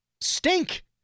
stink